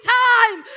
time